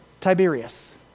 Tiberius